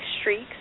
Streaks